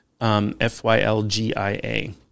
F-Y-L-G-I-A